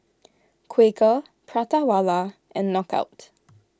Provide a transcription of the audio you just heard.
Quaker Prata Wala and Knockout